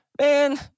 man